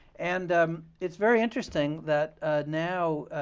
and it's very interesting that now,